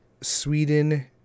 Sweden